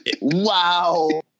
Wow